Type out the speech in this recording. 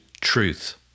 truth